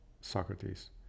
Socrates